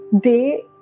day